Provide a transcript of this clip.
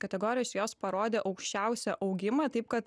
kategorijos jos parodė aukščiausią augimą taip kad